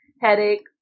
headache